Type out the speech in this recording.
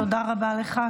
תודה רבה לך.